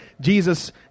Jesus